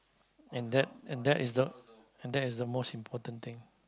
and that and that is the and that is the most important thing